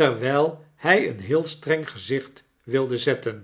terwyl hy een heel streng gezichtwilde zetten